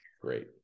Great